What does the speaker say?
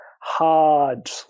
hard